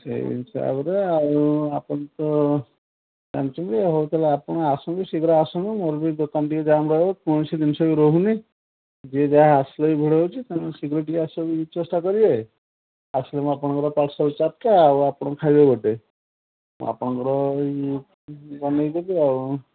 ସେଇ ହିସାବରେ ଆଉ ଆପଣ ତ ଜାଣିଛନ୍ତି ହେଉ ତା'ହେଲେ ଆପଣ ଆସନ୍ତୁ ଶୀଘ୍ର ଆସନ୍ତୁ ମୋର ବି ଦୋକାନ ଟିକେ ଜାମ ରହିବ କୌଣସି ଜିନିଷ ବି ରହୁନି ଯିଏ ଯାହା ଆସିଲେ ବି ଘୋଡ଼ାଉଛି ତେଣୁ ଶୀଘ୍ର ଟିକେ ଆସିବାକୁ ଚେଷ୍ଟା କରିବେ ଆସିଲେ ମୁଁ ଆପଣଙ୍କର ପାର୍ସଲ୍ ଚାରିଟା ଆଉ ଆପଣ ଖାଇବେ ଗୋଟେ ଆପଣଙ୍କର ବନେଇ ଦେବି ଆଉ